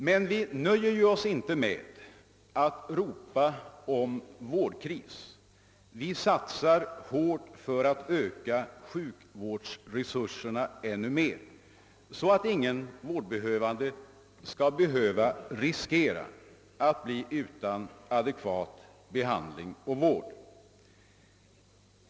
Men vi nöjer oss ju inte med att ropa om vårdkris; vi satsar hårt för att öka sjukvårdsresurserna ännu mer, så att ingen vårdbehövande skall riskera att bli utan adekvat behandling och vård.